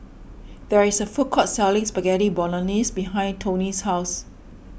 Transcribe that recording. there is a food court selling Spaghetti Bolognese behind Toney's house